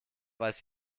weiß